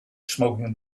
smoking